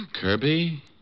Kirby